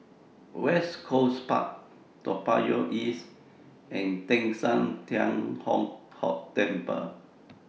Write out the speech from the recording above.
West Coast Park Toa Payoh East and Teng San Tian Hock Temple